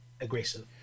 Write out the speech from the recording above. aggressive